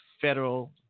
federal